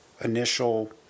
initial